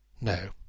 No